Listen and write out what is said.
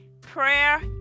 Prayer